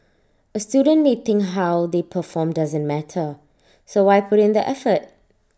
A student may think how they perform doesn't matter so why put in the effort